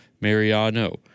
Mariano